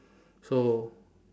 so